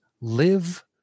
live